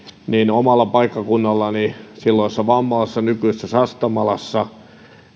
omalla paikkakunnallani silloisessa vammalassa nykyisessä sastamalassa